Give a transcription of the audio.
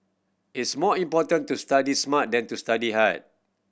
it's more important to study smart than to study hard